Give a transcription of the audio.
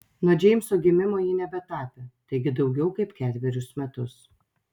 nuo džeimso gimimo ji nebetapė taigi daugiau kaip ketverius metus